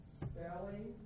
spelling